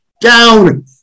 down